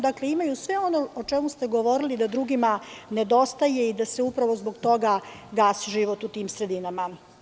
Dakle, imaju sve ono o čemu ste govorili da drugima nedostaje i da se upravo zbog toga gasi život u tim sredinama.